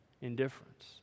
indifference